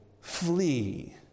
flee